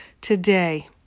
today